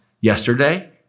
yesterday